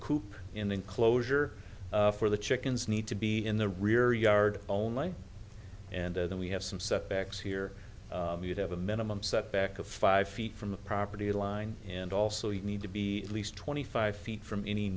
coop enclosure for the chickens need to be in the rear yard only and then we have some setbacks here you have a minimum set back of five feet from the property line and also you need to be at least twenty five feet from any